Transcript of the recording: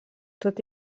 tot